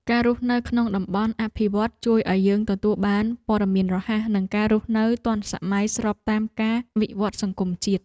ការរស់នៅក្នុងតំបន់អភិវឌ្ឍន៍ជួយឱ្យយើងទទួលបានព័ត៌មានរហ័សនិងការរស់នៅទាន់សម័យស្របតាមការវិវត្តសង្គមជាតិ។